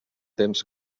temps